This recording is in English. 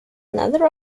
another